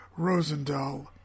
Rosendahl